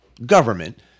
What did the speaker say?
government